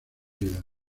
vida